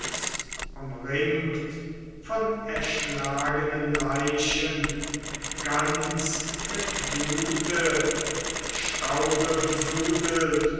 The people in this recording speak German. umringt von erschlagenen leichen ganz mit blut und staube